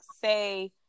say